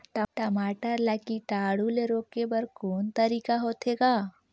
टमाटर ला कीटाणु ले रोके बर को तरीका होथे ग?